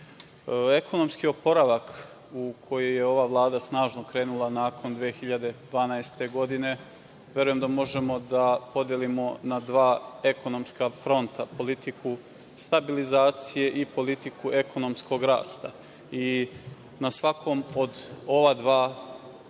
ekonomski oporavak, u koji je ova Vlada snažno krenula nakon 2012. godine, verujem da možemo da podelimo na dva ekonomska fronta - politiku stabilizacije i politiku ekonomskog rasta, i na svakom od ova dva